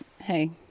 Hey